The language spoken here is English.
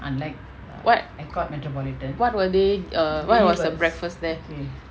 what what were they err what was the breakfast there